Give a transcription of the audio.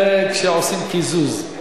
זה כשעושים קיזוז,